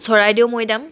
Charaideo Moidam